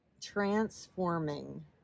Transforming